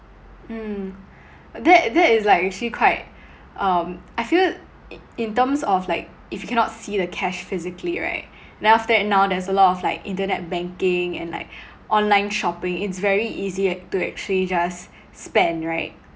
mm that that it's like actually quite um I feel it~ in terms of like if you cannot see the cash physically right and then after that now there is a lot of like internet banking and like online shopping it's very easy ac~ to actually just spend right